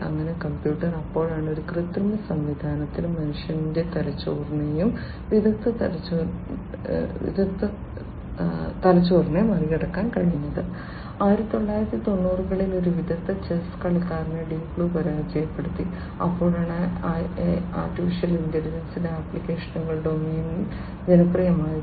അങ്ങനെ കമ്പ്യൂട്ടർ അപ്പോഴാണ് ഒരു കൃത്രിമ സംവിധാനത്തിന് മനുഷ്യന്റെ തലച്ചോറിനെയും വിദഗ്ധ തലച്ചോറിനെയും മറികടക്കാൻ കഴിഞ്ഞത് 1990 കളിൽ ഒരു വിദഗ്ധ ചെസ്സ് കളിക്കാരനെ ഡീപ് ബ്ലൂ പരാജയപ്പെടുത്തി അപ്പോഴാണ് AI യുടെ ആപ്ലിക്കേഷനുകൾ ഡൊമെയ്നിൽ ജനപ്രിയമായത്